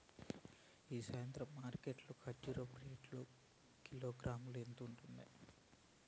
ఈ సాయంత్రం మార్కెట్ లో కర్బూజ రేటు కిలోగ్రామ్స్ ఎంత ఉంది?